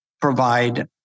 provide